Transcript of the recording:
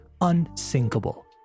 unsinkable